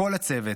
כל הצוות,